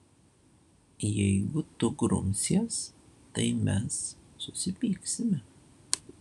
jeigu tu grumsies tai mes susipyksime